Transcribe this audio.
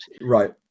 right